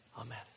Amen